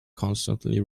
constantly